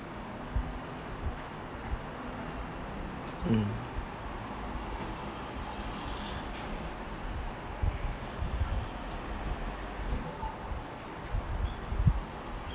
mm